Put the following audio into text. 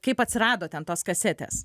kaip atsirado ten tos kasetės